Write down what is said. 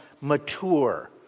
mature